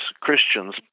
Christians